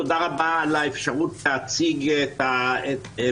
תודה רבה על האפשרות להציג את עמדתי,